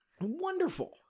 Wonderful